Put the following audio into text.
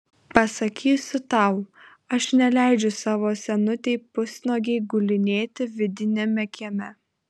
pasakysiu tau aš neleidžiu savo senutei pusnuogei gulinėti vidiniame kieme